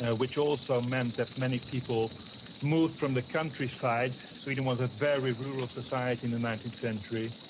ah which also meant that many people moved from the countryside, sweden was a very rural society in the nineteenth century,